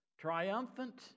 triumphant